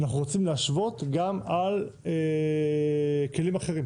אנחנו רוצים להשוות גם לגבי כלים אחרים.